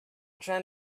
trying